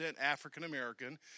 African-American